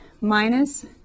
minus